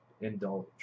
indulge